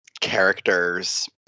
characters